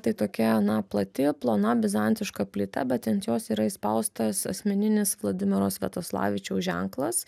tai tokia na plati plona bizantiška plyta bet ant jos yra įspaustas asmeninis vladimiro sviatoslavičiaus ženklas